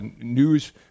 news